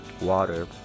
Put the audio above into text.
Water